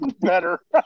better